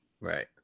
Right